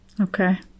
Okay